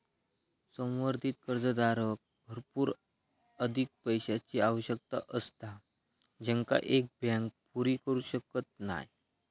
संवर्धित कर्जदाराक भरपूर अधिक पैशाची आवश्यकता असता जेंका एक बँक पुरी करू शकत नाय